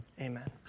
Amen